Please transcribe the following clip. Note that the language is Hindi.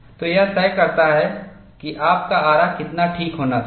तो यह तय करता है कि आपका आरा कितना ठीक होना चाहिए